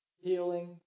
healing